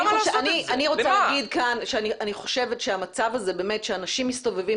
אני רוצה להגיד כאן שאני חושבת שהמצב הזה שאנשים מסתובבים